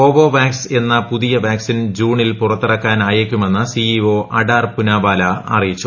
Covovax എന്ന പുതിയ vaccine ജൂണിൽ പുറത്തിറക്കാനായേക്കുമെന്ന് സിഇഒ അഡാർ പൂനവാല അറിയിച്ചു